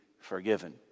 forgiven